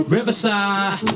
Riverside